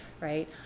right